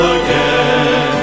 again